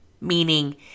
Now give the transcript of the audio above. Meaning